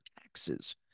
taxes